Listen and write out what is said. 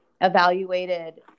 evaluated